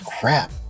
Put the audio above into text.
Crap